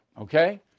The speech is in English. okay